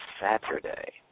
Saturday